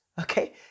okay